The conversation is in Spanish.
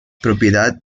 propiedad